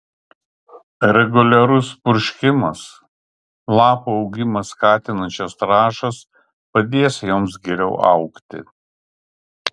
reguliarus purškimas lapų augimą skatinančios trąšos padės joms geriau augti